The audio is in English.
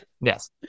Yes